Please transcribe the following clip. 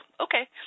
okay